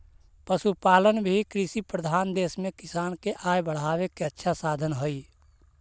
पशुपालन भी कृषिप्रधान देश में किसान के आय बढ़ावे के अच्छा साधन हइ